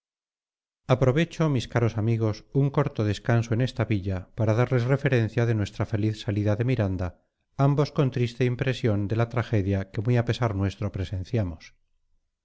aprovecho mis caros amigos un corto descanso en esta villa para darles referencia de nuestra feliz salida de miranda ambos con triste impresión de la tragedia que muy a pesar nuestro presenciamos